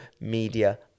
media